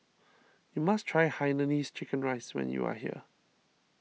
you must try Hainanese Chicken Rice when you are here